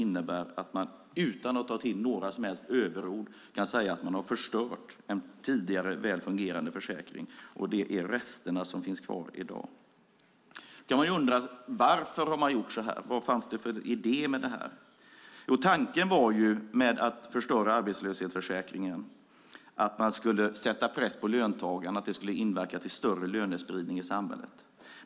Utan att ta till några som helst överord kan man säga att regeringen har förstört en tidigare välfungerande försäkring. Det som finns kvar i dag är resterna av den. Varför gjorde man så här? Vad var idén bakom? Tanken med att förstöra arbetslöshetsförsäkringen var att sätta press på löntagarna. Det skulle medverka till större lönespridning i samhället.